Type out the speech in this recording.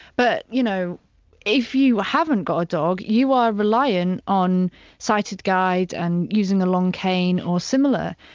but you know if you haven't got a dog you are reliant on sighted guide and using the long cane or similar.